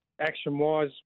action-wise